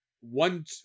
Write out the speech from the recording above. one